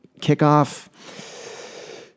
Kickoff